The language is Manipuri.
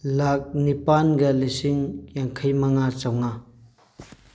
ꯂꯥꯛ ꯅꯤꯄꯥꯟꯒ ꯂꯤꯁꯤꯡ ꯌꯥꯡꯈꯩ ꯃꯉꯥ ꯆꯥꯝꯃꯉꯥ